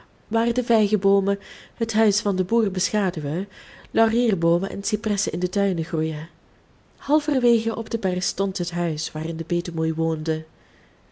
waar de vijgeboomen het huis van den boer beschaduwen laurierboomen en cipressen in de tuinen groeien halverwege op den berg stond het huis waarin de petemoei woonde